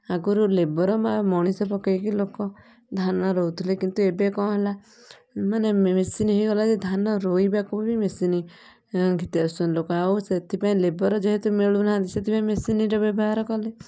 ଆଗରୁ ଲେବର ବା ମଣିଷ ପକେଇକି ଲୋକ ଧାନ ରୋଉଥିଲେ କିନ୍ତୁ ଏବେ କ'ଣ ହେଲା ମାନେ ମେସିନି ହେଇଗଲା ଯେ ଧାନ ରୋଇବାକୁ ବି ମେସିନ ଘିତିଆସୁଛନ୍ତି ଲୋକ ଆଉ ସେଥିପାଇଁ ଲେବର ଯେହେତୁ ମିଳୁନାହାଁନ୍ତି ସେଥିପାଇଁ ମେସିନର ବ୍ୟବହାର କଲେ